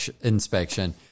inspection